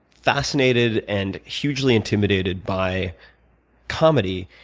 fascinated and hugely intimidated by comedy,